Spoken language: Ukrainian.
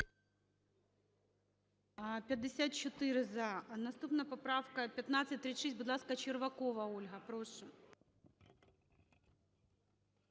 За-54 Наступна поправка - 1536. Будь ласка, Червакова Ольга. Прошу.